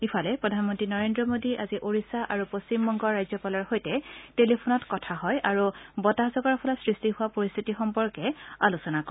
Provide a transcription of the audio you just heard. ইফালে প্ৰধানমন্ত্ৰী নৰেন্দ্ৰ মোদীয়ে আজি ওড়িশা আৰু পশ্চিমবঙ্গৰ ৰাজ্যপালৰ সৈতে টেলিফোনত কথা হয় আৰু বতাহজাকৰ ফলত সৃষ্টি হোৱা পৰিস্থিতি সম্পৰ্কে আলোচনা কৰে